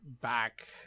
back